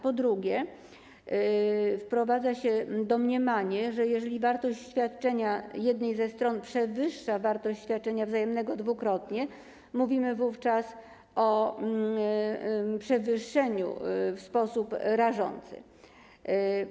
Po drugie, wprowadza się domniemanie, że jeżeli wartość świadczenia jednej ze stron przewyższa wartość świadczenia wzajemnego dwukrotnie, mówimy wówczas o przewyższeniu w sposób rażący.